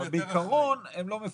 אבל בעיקרון הם לא מפרסמים,